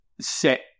set